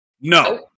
No